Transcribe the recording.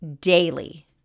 daily